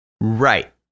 Right